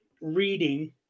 reading